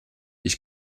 ich